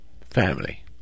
family